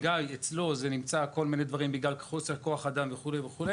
ואצלו זה מתעכב בגלל חוסר כוח אדם וכו',